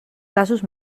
casos